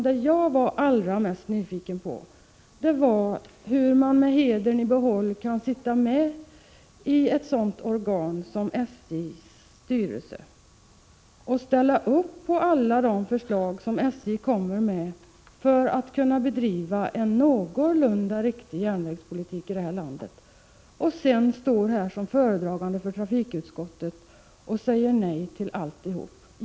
Det jag var allra mest nyfiken på var hur man med hedern i behåll kan sitta i ett sådant organ som SJ:s styrelse och ställa upp på alla de förslag som SJ har för att kunna bedriva en någorlunda riktig järnvägspolitik i det här landet — och sedan stå här som talesman för trafikutskottet och säga nej till alltihop.